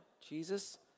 Jesus